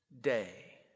day